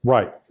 Right